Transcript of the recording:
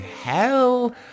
hell